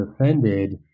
offended